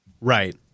Right